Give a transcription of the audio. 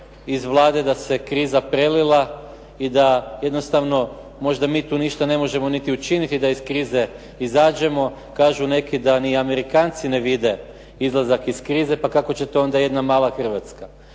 argumente da se kriza prelila i da jednostavno možda mi tu ništa ne možemo ni učiniti da iz krize izađemo. Kažu neki da ni Amerikanci ne vide izlazak iz krize, pa kako će to onda jedna mala Hrvatska?